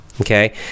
okay